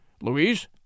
Louise